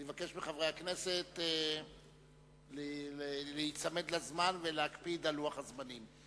אני אבקש מחברי הכנסת להיצמד לזמן ולהקפיד על לוח הזמנים.